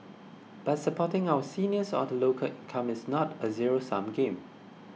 but supporting our seniors or the lower income is not a zero sum game